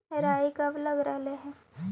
राई कब लग रहे है?